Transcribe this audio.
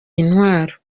intwaro